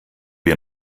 wir